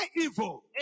evil